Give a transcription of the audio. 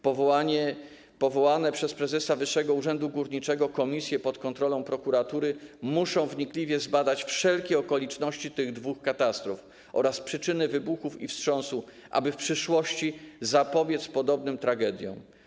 Powołane przez prezesa Wyższego Urzędu Górniczego komisje pod kontrolą prokuratury muszą wnikliwie zbadać wszelkie okoliczności tych dwóch katastrof oraz przyczyny wybuchów i wstrząsu, aby w przyszłości zapobiec podobnym tragediom.